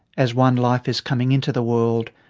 as one life is coming into the world,